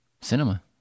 Cinema